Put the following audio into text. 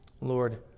Lord